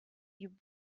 die